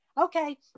Okay